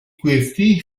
questi